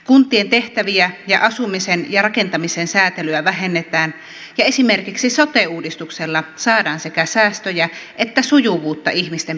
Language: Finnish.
kuntien tehtäviä ja asumisen ja rakentamisen säätelyä vähennetään ja esimerkiksi sote uudistuksella saadaan sekä säästöjä että sujuvuutta ihmisten peruspalveluihin